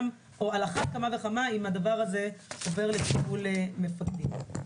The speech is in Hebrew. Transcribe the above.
על אחת כמה וכמה כשהדבר הזה עובר לטיפול מפקדים.